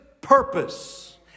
purpose